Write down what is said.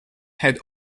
head